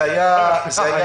זה היה הסידור.